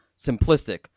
simplistic